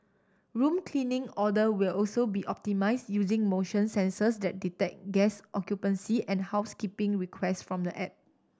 room cleaning order will also be optimised using motion sensors that detect guest occupancy and housekeeping request from the app